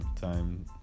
time